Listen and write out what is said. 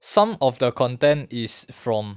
some of the content is from